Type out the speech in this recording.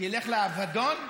תלך לאבדון?